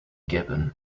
gibbon